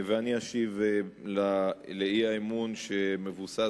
ואני אשיב לאי-האמון שמבוסס,